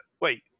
Wait